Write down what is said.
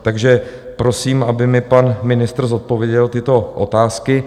Takže prosím, aby mi pan ministr zodpověděl tyto otázky.